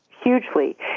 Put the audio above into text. hugely